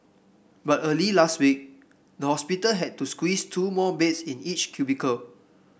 but early last week the hospital had to squeeze two more beds in each cubicle